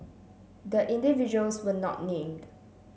the individuals were not named